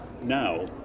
now